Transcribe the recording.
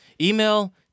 Email